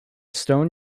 stone